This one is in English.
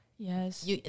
Yes